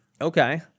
Okay